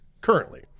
currently